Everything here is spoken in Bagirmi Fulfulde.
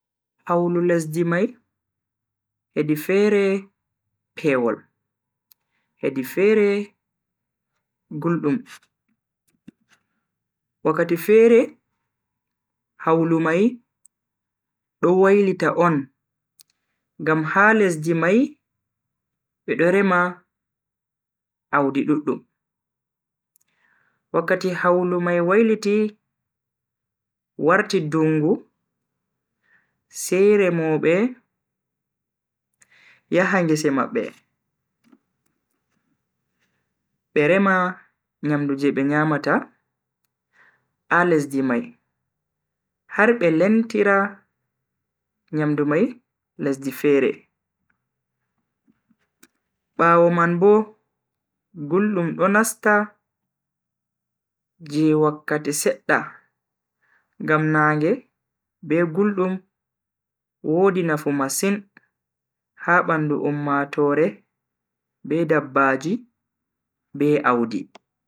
Hawlu lesdi mai hedi fere pewol. Hedi fere guldum. Wakkati fere hawlu mai do wailita on ngam ha lesdi mai bedo rema Audi duddum. wakkati hawlu mai wailiti warti dungu sai remobe yaha ngese mabbe be rema nyamdu je be nyamata a lesdi mai har be lentira nyamdu mai lesdi fere. bawo man Bo guldum do nasta je wakkati sedda ngam naage be guldum wodi nafu masin ha bandu ummatoore be dabbaji be Audi.